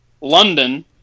London